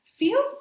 Feel